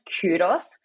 kudos